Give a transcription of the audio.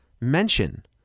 mention